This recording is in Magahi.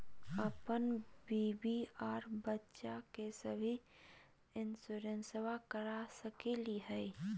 अपन बीबी आ बच्चा के भी इंसोरेंसबा करा सकली हय?